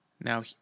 Now